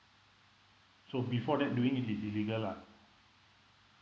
so before that doing it is illegal lah